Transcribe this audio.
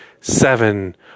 seven